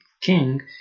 king